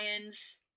lions